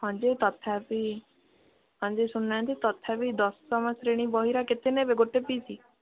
ହଁ ଯେ ତଥାପି ହଁ ଯେ ଶୁଣୁ ନାହାନ୍ତି ତଥାପି ଦଶମ ଶ୍ରେଣୀ ବହିର କେତେ ନେବେ ଗୋଟେ ପିସ୍